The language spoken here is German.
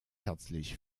herzlich